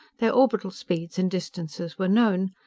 their orbital speeds and distances were known.